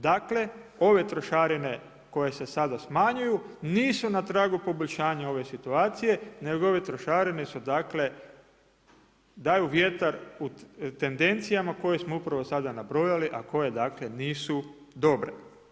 Dakle ove trošarine koje se sada smanjuju nisu na tragu poboljšanja ove situacije nego ove trošarine daju vjetar u tendencijama koje smo upravo sada nabrojali, a koje nisu dobre.